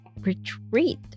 retreat